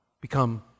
become